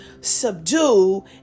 subdue